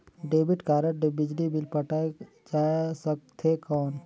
Debit card ले बिजली bill पटाय जा सकथे कौन?